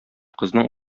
кызның